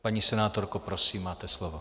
Paní senátorko, prosím, máte slovo.